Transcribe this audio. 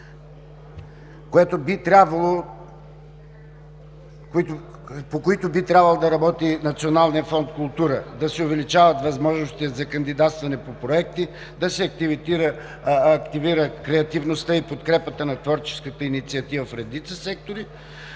по които би трябвало да работи Националният фонд „Култура“, да се увеличават възможностите за кандидатстване по проекти, да се активира креативността и подкрепата на творческата инициатива в редица сектори,